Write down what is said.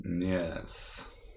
Yes